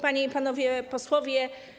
Panie i Panowie Posłowie!